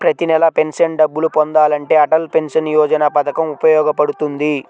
ప్రతి నెలా పెన్షన్ డబ్బులు పొందాలంటే అటల్ పెన్షన్ యోజన పథకం ఉపయోగపడుతుంది